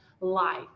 life